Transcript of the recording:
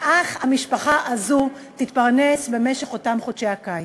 ואיך המשפחה הזו תתפרנס במשך אותם חודשי הקיץ?